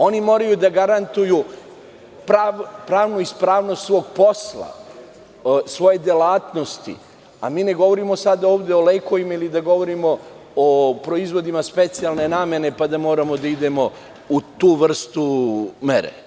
Oni moraju da garantuju pravnu ispravnost svog posla, svojih delatnosti, a mi ne govorimo sada ovde o lekovima ili o proizvodima specijalne namene pa da moramo da idemo u tu vrstu mere.